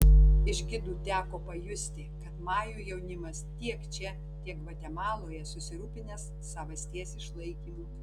iš gidų teko pajusti kad majų jaunimas tiek čia tiek gvatemaloje susirūpinęs savasties išlaikymu